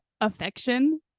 affection